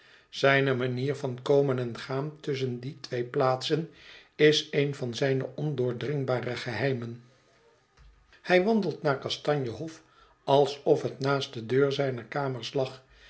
zijne manier van komen en gaan tusschen die twee plaatsen is een van zijne ondoordringbare geheimen hij wandelt naar kastanje hof alsof het naast de deur zijner kamers lag